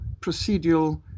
procedural